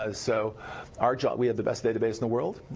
ah so our job, we have the best database in the world,